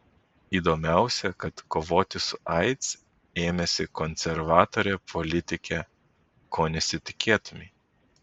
įdomiausia kad kovoti su aids ėmėsi konservatorė politikė ko nesitikėtumei